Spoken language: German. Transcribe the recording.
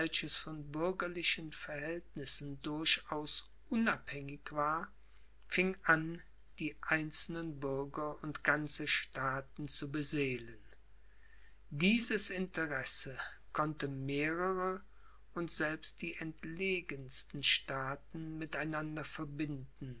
von bürgerlichen verhältnissen durchaus unabhängig war fing an die einzelnen bürger und ganze staaten zu beseelen dieses interesse konnte mehrere und selbst die entlegensten staaten mit einander verbinden